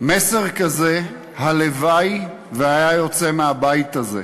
מסר כזה, הלוואי שהיה יוצא מהבית הזה.